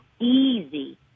easy